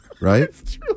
Right